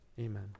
Amen